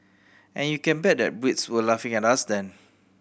and you can bet that Brits were laughing at us then